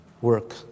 work